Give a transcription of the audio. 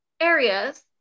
areas